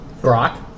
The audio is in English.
Brock